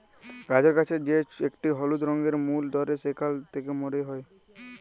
গাজর গাছের যে একটি হলুদ রঙের ফুল ধ্যরে সেখালে থেক্যে মরি হ্যয়ে